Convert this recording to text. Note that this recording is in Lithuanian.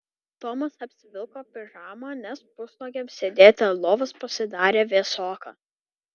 tomas apsivilko pižamą nes pusnuogiam sėdėti ant lovos pasidarė vėsoka